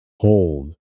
Hold